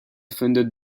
funded